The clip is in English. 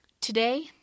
Today